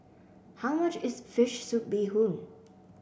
how much is fish soup Bee Hoon